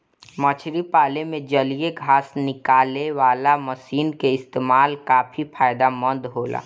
मछरी पाले में जलीय घास निकालेवाला मशीन क इस्तेमाल काफी फायदेमंद होला